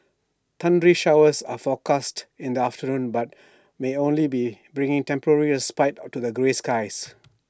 thundery showers are forecast in the afternoon but may only be bring A temporary respite to the grey skies